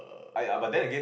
!aiya! but then again